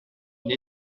une